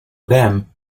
them